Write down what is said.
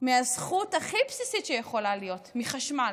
מהזכות הכי בסיסית שיכולה להיות, מחשמל.